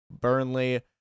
Burnley